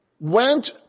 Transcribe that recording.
Went